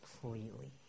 completely